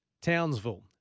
Townsville